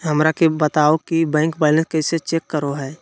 हमरा के बताओ कि बैंक बैलेंस कैसे चेक करो है?